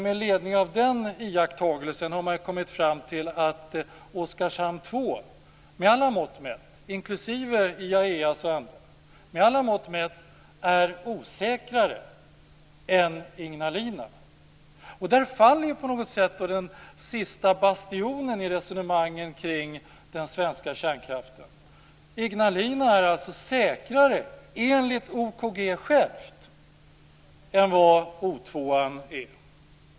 Med ledning av den iakttagelsen har man kommit fram till att Oskarshamn 2, med alla mått mätt och inklusive IAEA:s och andras, är osäkrare än Ignalina. Där faller på något sätt den sista bastionen i resonemangen kring den svenska kärnkraften. Ignalina är alltså enligt OKG själv säkrare än vad O 2 är!